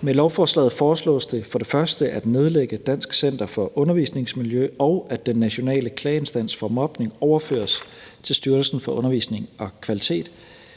Med lovforslaget foreslås det at nedlægge Dansk Center for Undervisningsmiljø, og at Den Nationale Klageinstans mod Mobning overføres til Styrelsen for Undervisning og Kvalitet,